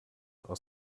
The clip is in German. aus